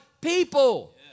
people